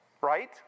right